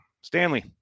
Stanley